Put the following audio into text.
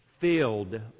filled